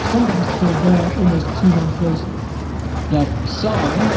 some of them are still there almost two months later now some